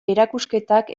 erakusketak